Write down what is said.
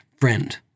friend